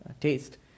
taste